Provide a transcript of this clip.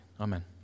amen